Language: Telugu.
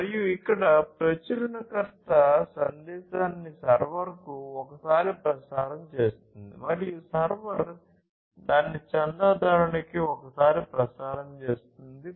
మరియు ఇక్కడ ప్రచురణకర్త సందేశాన్ని సర్వర్కు ఒక సారి ప్రసారం చేస్తుంది మరియు సర్వర్ దానిని చందాదారునికి ఒక సారి ప్రసారం చేస్తుంది